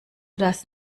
das